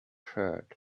shirt